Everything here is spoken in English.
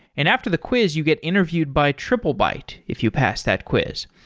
and after the quiz you get interviewed by triplebyte if you pass that quiz.